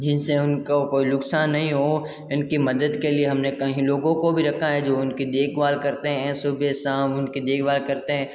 जिनसे उनका कोई नुकसान नहीं हो इनकी मदद के लिए हमने कईं लोगों को भी रखा है जो उनकी देखभाल करते हैं सुबह शाम उनकी देखभाल करते हैं